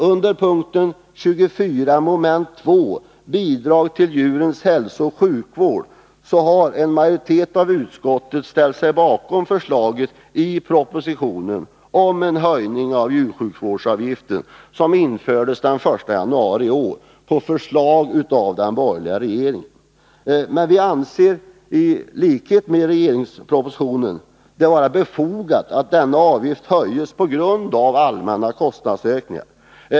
Under p. 24 mom. 2, Bidrag till djurens hälsooch sjukvård, har en majoritet av utskottet ställt sig bakom förslaget i propositionen om en höjning av den djursjukvårdsavgift som infördes den 1 januari i år på förslag av den borgerliga regeringen. Vi anser i likhet med vad som står i regeringens proposition, att det är befogat att denna avgift höjs på grund av allmänna kostnadsökningar.